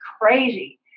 crazy